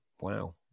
Wow